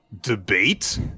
debate